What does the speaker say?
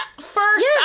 first